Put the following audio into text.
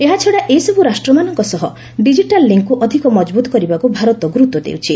ଏହାଛଡ଼ା ଏସବ୍ ରାଷ୍ଟ୍ରମାନଙ୍କ ସହ ଡିଜିଟାଲ୍ ଲିଙ୍କ୍ ଅଧିକ ମଜବୁତ୍ କରିବାକୁ ଭାରତ ଗୁରୁତ୍ୱ ଦେଉଛି